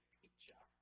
picture